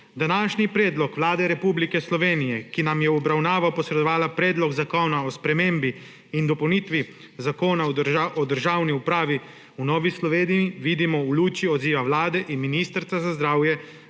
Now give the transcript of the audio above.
Današnji predlog Vlade Republike Slovenije, ki nam je v obravnavo posredovala Predlog zakona o spremembi in dopolnitvi Zakona o državni upravi v Novi Sloveniji vidimo v luči odziva Vlade in Ministrstva za zdravje